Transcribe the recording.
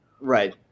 Right